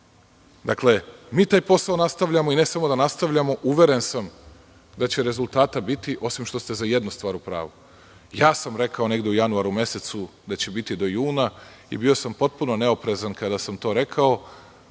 mi taj posao nastavljamo, i ne samo da nastavljamo, uveren sam da će rezultata biti, osim što ste za jednu stvar u pravu – ja sam rekao negde u januaru mesecu da će biti do juna, i bio sam potpuno neoprezan kada sam to rekao.